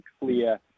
clear